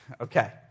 Okay